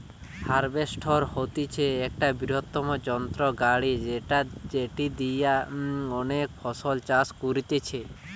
harvester হতিছে একটা বৃহত্তম যন্ত্র গাড়ি যেটি দিয়া অনেক ফসল চাষ করতিছে